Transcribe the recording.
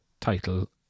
title